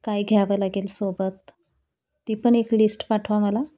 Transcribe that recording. काय घ्यावं लागेल सोबत ती पण एक लिस्ट पाठवा मला